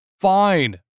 Fine